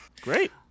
Great